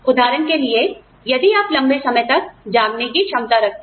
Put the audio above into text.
उदाहरण के लिए यदि आप लंबे समय तक जागने की क्षमता रखते हैं